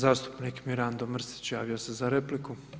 Zastupnik Mirando Mrsić javio se za repliku.